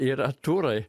yra turai